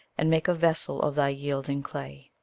and make a vessel of thy yielding clay.